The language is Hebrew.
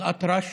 באל-אטרש,